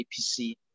APC